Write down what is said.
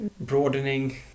broadening